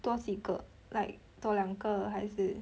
多几个 like 多两个还是